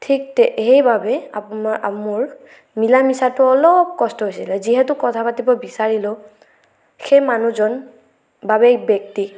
ঠিক সেইবাবে মোৰ মোৰ মিলা মিছাটো অলপ কষ্ট হৈছিল যিহেতু কথা পাতিব বিচাৰিলেও সেই মানুহজন বা ব্যক্তি